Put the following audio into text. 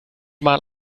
mal